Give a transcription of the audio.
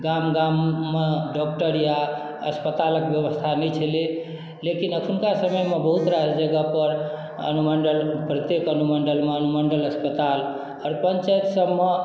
गाम गाम मे डॉक्टर या अस्पतालक व्यवस्था नहि छलै लेकिन अखुनका समय मे बहुत रास जगह पर अनुमण्डल प्रत्येक अनुमण्डल मे अनुमण्डल अस्पताल आओर पंचायत सबमे